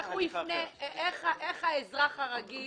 איך האזרח הרגיל